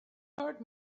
hurt